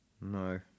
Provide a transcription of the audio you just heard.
No